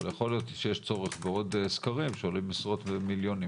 אבל יכול להיות שיש צורך בעוד סקרים שעולים עשרות מיליונים.